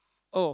oh